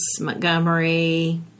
Montgomery